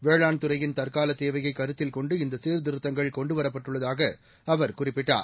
வேளாண் துறையின் தற்கால தேவையை கருத்தில் கொண்டு இந்த சீர்திருத்தங்கள் கொண்டுவரப்பட்டுள்ளதாக அவர் குறிப்பிட்டார்